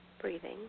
breathing